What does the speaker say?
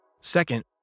Second